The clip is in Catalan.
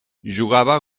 jugava